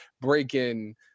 breaking